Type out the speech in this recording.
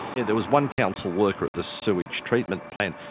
there was one council worker at the sewage treatment plant.